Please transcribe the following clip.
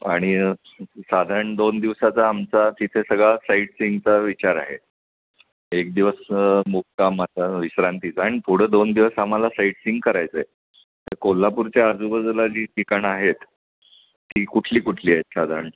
आणि साधारण दोन दिवसाचा आमचा तिथे सगळा साईटसींगचा विचार आहे एक दिवस मुक्कामाचा विश्रांतीचा आणि थोडं दोन दिवस आम्हाला साईटसींग करायचं आहे तर कोल्हापूरच्या आजूबाजूला जी ठिकाणं आहेत ती कुठली कुठली आहेत साधारण